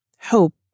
Hope